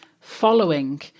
following